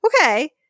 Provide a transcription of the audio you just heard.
okay